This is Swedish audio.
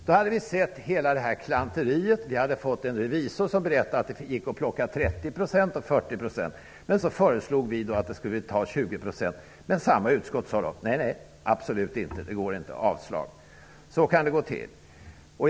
Vi hade då sett hela det här klanteriet, en revisor hade berättat att det gick att plocka in 30 eller 40 %, och vi föreslog då en rationalisering på 20 %. Utskottet sade då: Nej, nej, absolut inte! Det går inte. Vi avstyrker. Så kan det gå till. Herr talman!